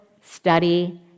study